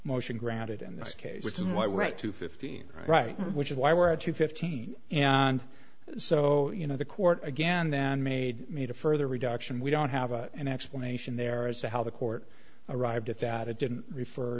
motion granted in this case which is why right to fifteen right which is why we're at two fifteen and so you know the court again then made made a further reduction we don't have an explanation there as to how the court arrived at that it didn't refer